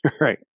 right